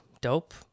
Dope